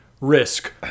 risk